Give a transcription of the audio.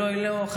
אולי לא,